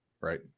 right